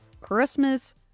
Christmas